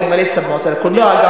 במועצה לקולנוע,